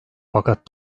fakat